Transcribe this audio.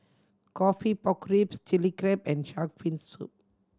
coffee pork ribs Chilli Crab and shark fin soup